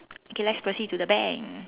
okay let's proceed to the bank